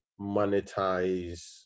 monetize